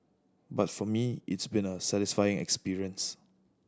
but for me it's been a satisfying experience